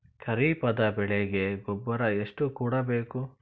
ಖರೀಪದ ಬೆಳೆಗೆ ಗೊಬ್ಬರ ಎಷ್ಟು ಕೂಡಬೇಕು?